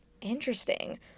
Interesting